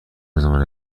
روزنامه